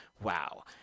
wow